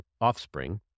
offspring